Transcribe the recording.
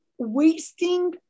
wasting